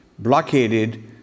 Blockaded